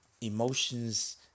emotions